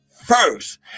first